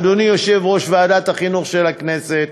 אדוני יושב-ראש ועדת החינוך של הכנסת,